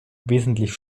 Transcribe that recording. wesentlich